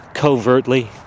covertly